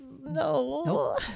No